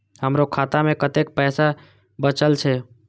हमरो खाता में कतेक पैसा बचल छे?